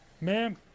ma'am